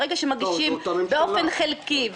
ברגע שמגישים באופן חלקי,